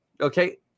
Okay